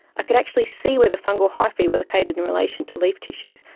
i could actually see where the fungal hyphae were located in relation to leaf tissues,